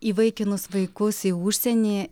įvaikinus vaikus į užsienį